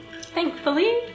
Thankfully